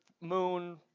moon